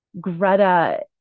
Greta